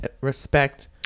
respect